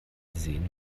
sehen